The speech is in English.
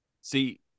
see